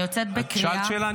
אני יוצאת בקריאה --- את שאלת שאלה,